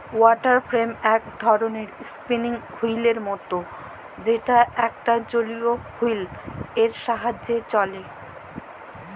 water frame একটো ধরণের spinning ওহীলের মত যেটা একটা জলীয় ওহীল এর সাহায্যে চলেক